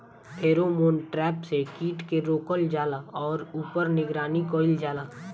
Pheromone trap से कीट के रोकल जाला और ऊपर निगरानी कइल जाला?